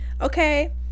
Okay